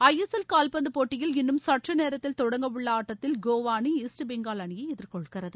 ISL கால்பந்து போட்டியில் இன்னும் சற்று நேரத்தில் தொடங்கவுள்ள ஆட்டத்தில் கோவா அணி ஈஸ்ட் பெங்கால் அணியை எதிர்கொள்கிறது